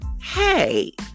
hey